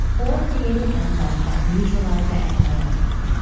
or creating enzymes that neutralize the antibiotics.